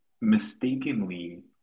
mistakenly